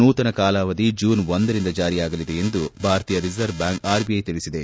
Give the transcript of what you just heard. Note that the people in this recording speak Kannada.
ನೂತನ ಕಾಲಾವಧಿ ಜೂನ್ ಒಂದರಿಂದ ಜಾರಿಯಾಗಲಿದೆ ಎಂದು ಭಾರತೀಯ ರಿಸರ್ವ್ ಬ್ಯಾಂಕ್ ಆರ್ ಬಿಐ ತಿಳಿಸಿದೆ